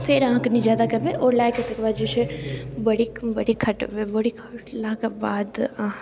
फेर अहाँ कनि जादा करबै आओर लऽ कऽ तकर बाद जे छै बड़ी बड़ी खट खोँटलाके बाद अहाँ